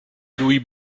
louis